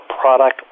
product